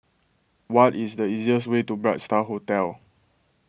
what is the easiest way to Bright Star Hotel